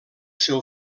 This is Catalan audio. seu